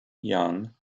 young